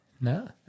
no